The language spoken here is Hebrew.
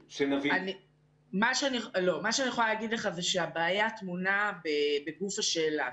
מה שאני יכולה להגיד לך זה שהבעיה טמונה בגוף השאלה,